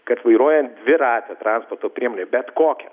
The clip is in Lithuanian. kad vairuojnt dviratę transporto priemonę bet kokią